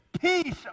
Peace